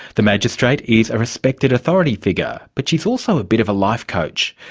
the magistrate is a respected authority figure, but she's also a bit of a life-coach.